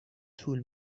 طول